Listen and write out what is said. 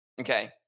Okay